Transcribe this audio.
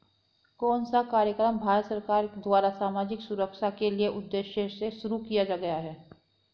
कौन सा कार्यक्रम भारत सरकार द्वारा सामाजिक सुरक्षा के उद्देश्य से शुरू किया गया है?